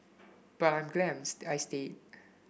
but I am glad I stayed